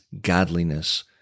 godliness